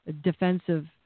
defensive